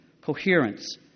coherence